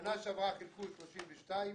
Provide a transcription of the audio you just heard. בשנה שעברה חילקו 32,